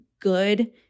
good